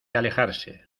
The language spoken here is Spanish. alejarse